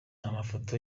amafoto